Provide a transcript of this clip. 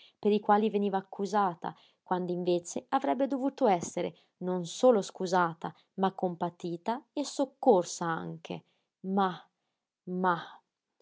per i quali veniva accusata quand'invece avrebbe dovuto essere non solo scusata ma compatita e soccorsa anche mah mah